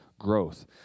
growth